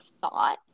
thought